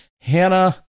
Hannah